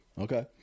Okay